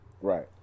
Right